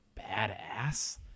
badass